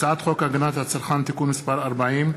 הצעת חוק הגנת הצרכן (תיקון מס' 40),